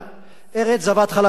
ארץ זבת חלב ודבש,